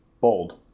Bold